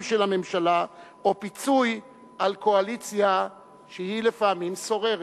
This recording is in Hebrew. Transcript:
של הממשלה או פיצוי על קואליציה שהיא לפעמים סוררת.